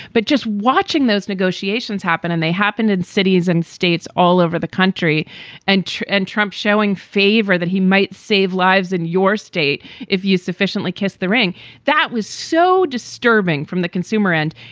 but just watching those negotiations happen and they happened in cities and states all over the country and and trump showing favor that he might save lives in your state if you sufficiently kiss the ring that was so disturbing from the consumer end.